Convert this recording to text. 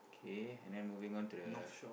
k and then moving on to the